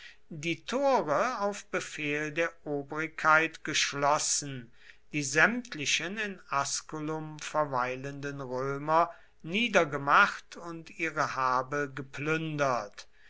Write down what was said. die tore auf befehl der obrigkeit geschlossen die sämtlichen in asculum verweilenden römer niedergemacht und ihre habe geplündert